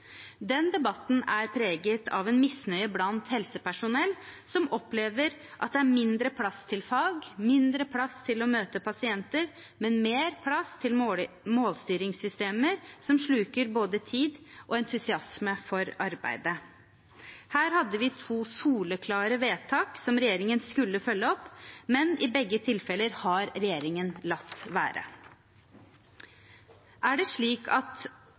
Den debatten er preget av misnøye blant helsepersonell, som opplever at det er mindre plass til fag, mindre plass til å møte pasienter, men mer plass til målstyringssystemer som sluker både tid og entusiasme for arbeidet. Her hadde vi to soleklare vedtak som regjeringen skulle følge opp, men i begge tilfeller har regjeringen latt være. Er det slik at